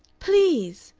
please!